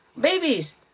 babies